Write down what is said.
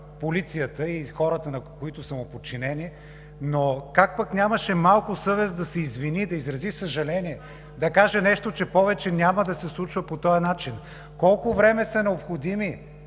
полицията и хората, които са му подчинени, но как пък нямаше малко съвест да се извини, да изрази съжаление, да каже, че повече няма да се случва по този начин? Колко време е необходимо,